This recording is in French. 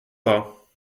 pas